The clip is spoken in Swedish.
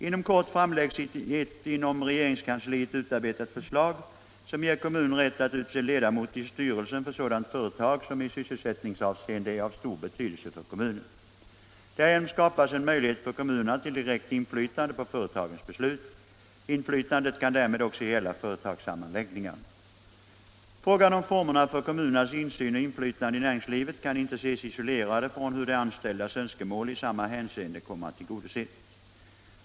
Inom kort framläggs ett inom regeringskansliet utarbetat förslag som ger kommun rätt att utse ledamot i styrelsen för sådant företag som i sysselsättningsavseende är av stor betydelse för kommunen. Därigenom skapas en möjlighet för kommunerna till direkt inflytande på företagens beslut. Inflytandet kan därmed också gälla företagssammanläggningar. Frågan om formerna för kommunernas insyn och inflytande i näringslivet kan inte ses isolerade från hur de anställdas önskemål i samma hänseende kommer att tillgodoses.